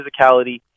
physicality